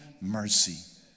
mercy